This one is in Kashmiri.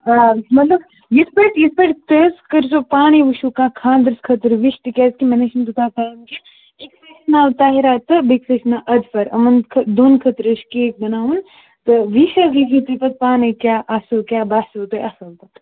آ مطلب یِتھ پٲٹھۍ یِتھ پٲٹھۍ تُہۍ حظ کٔرۍزیو پانَے وٕچھُو کانٛہہ خانٛدرَس خٲطرٕ وِش تِکیٛازکہِ مےٚ نہٕ حظ چھُنہٕ تیوٗتاہ ٹایِم کیٚنٛہہ أکِس حظ چھِ ناو طاہِرہ تہٕ بیٚیہِ کِس حظ چھِ ناو اَدفَر یِمَن خٲ دۄن خٲطرٕ حظ چھِ کیک بناوُن تہٕ وِش حظ لیکھزیو تُہۍ پَتہٕ پانَے کیٛاہ اَصٕل کیٛاہ باسِوُ تۄہہِ اَصٕل تہٕ